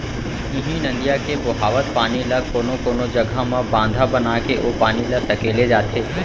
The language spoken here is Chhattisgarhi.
इहीं नदिया के बोहावत पानी ल कोनो कोनो जघा म बांधा बनाके ओ पानी ल सकेले जाथे